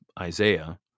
Isaiah